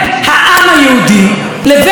בין התורה שלו,